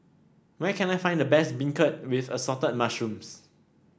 where can I find the best beancurd with Assorted Mushrooms